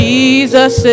Jesus